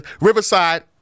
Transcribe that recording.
Riverside